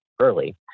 early